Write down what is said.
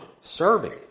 serving